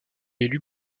élu